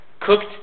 cooked